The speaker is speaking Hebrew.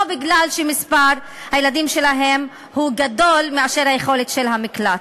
או מפני שמספר הילדים שלהן גדול מהיכולת של המקלט.